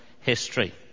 history